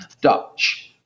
Dutch